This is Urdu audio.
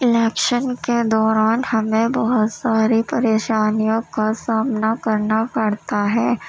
الیکشن کے دوران ہمیں بہت ساری پریشانیوں کا سامنا کرنا پڑتا ہے